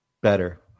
Better